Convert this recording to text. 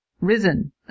Risen